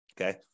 Okay